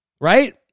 right